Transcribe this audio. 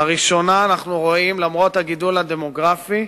לראשונה, למרות הגידול הדמוגרפי,